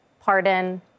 pardon